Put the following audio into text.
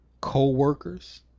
co-workers